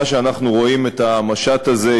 אמרתי הרשימה המשותפת,